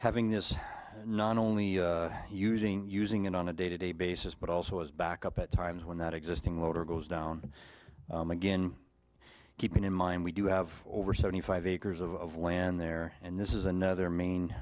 having this not only using using it on a day to day basis but also as backup at times when that existing loader goes down again keeping in mind we do have over seventy five acres of land there and this is another main